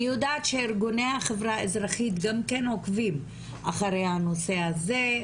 אני יודעת שארגוני החברה האזרחית גם כן עוקבים אחרי הנושא הזה,